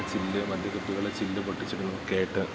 ചില്ല് മദ്യക്കുപ്പികളുടെ ചില്ല് പൊട്ടിച്ചിടുന്നതൊക്കെയായിട്ട്